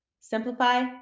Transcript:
simplify